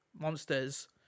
monsters